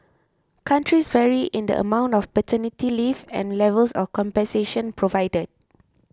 countries vary in the amount of paternity leave and levels of compensation provided